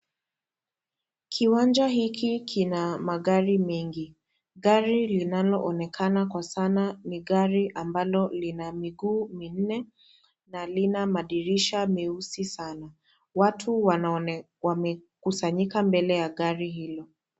Kiwanja hiki kina magari mengi. Gari linaloonekana kwa sana ni gari ambalo lina miguu minne na lina madirisha meusi sana. Watu wana wamekusanyika mbele ya gari hilo.